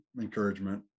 encouragement